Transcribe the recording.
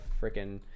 freaking